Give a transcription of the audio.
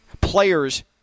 Players